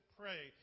pray